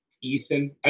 Ethan